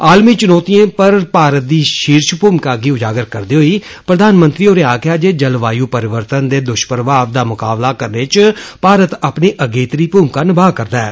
आलमी चुनौतिएं पर भारत दी षीर्श भूमिका गी उजागर करदे होई प्रधानमंत्री होरें आक्खेआ जे जलवायु परिवर्तन दे दुश्प्रभाव दा मुकाबला करने इच भारत अपनी अगेत्री भूमिका निभा'रदा ऐ